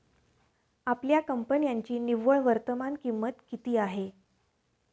आपल्या कंपन्यांची निव्वळ वर्तमान किंमत किती आहे?